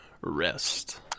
rest